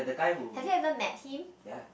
have you ever met him